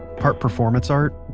part performance art,